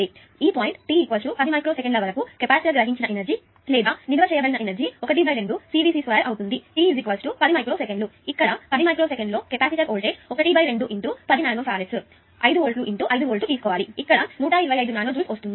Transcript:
కాబట్టి ఈ point t 10 micro సెకన్ల వరకు కెపాసిటర్ గ్రహించిన ఎనర్జీ లేదా నిల్వ చేయబడిన ఎనర్జీ 12CVc2 అవుతుంది t 10 మైక్రో సెకన్లు ఇక్కడ 10 మైక్రో సెకనులో capacitor voltage ½ 10 nano farads 5 volt 5 volt తీసుకోవాలి ఇక్కడ 125 నానో జూల్స్ వస్తుంది